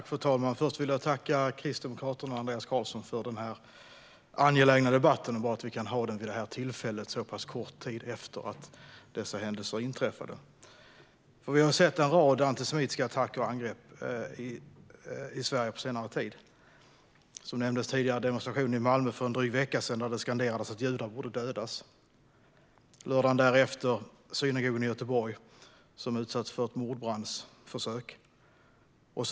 Fru talman! Först vill jag tacka Kristdemokraterna och Andreas Carlson för den här angelägna debatten. Det är bra att vi kan ha den så pass kort tid efter att dessa händelser inträffade. Vi har sett en rad antisemitiska attacker och angrepp i Sverige på senare tid, som nämndes tidigare till exempel en demonstration i Malmö för en dryg vecka sedan där det skanderades att judar borde dödas. Lördagen därefter var det synagogan i Göteborg som utsattes för ett mordbrandsförsök.